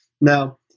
Now